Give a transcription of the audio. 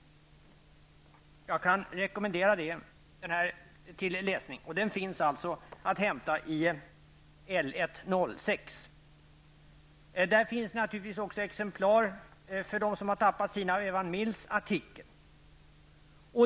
Jag kan rekommendera denna rapport till läsning, och den finns alltså att hämta i L1-06. Där finns det naturligtvis även exemplar av Evan Mills artikel för dem som har tappat sina exemplar.